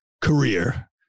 career